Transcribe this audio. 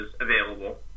available